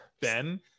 Ben